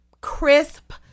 crisp